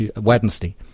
Wednesday